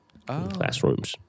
classrooms